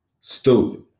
Stupid